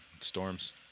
Storms